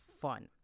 fun